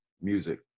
music